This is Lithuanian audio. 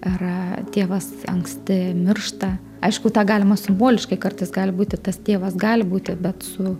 ar tėvas anksti miršta aišku tą galima simboliškai kartais gali būti tas tėvas gali būti bet su